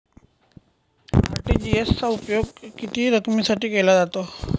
RTGS चा उपयोग किती रकमेसाठी केला जातो?